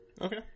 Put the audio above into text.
Okay